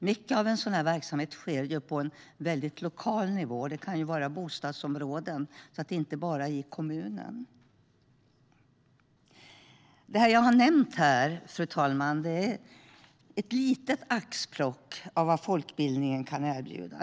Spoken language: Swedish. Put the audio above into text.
Mycket av verksamheten sker på lokal nivå - det kan vara i bostadsområden och inte bara i kommunen. Det jag har nämnt här, fru talman, är ett litet axplock av vad folkbildningen kan erbjuda.